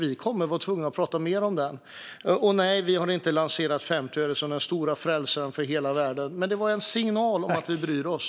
Vi kommer att vara tvungna att prata mer om den frågan. Nej, vi har inte lanserat 50 öre som den stora frälsaren för hela världen. Men det var en signal om att vi bryr oss.